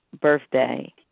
birthday